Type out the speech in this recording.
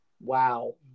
Wow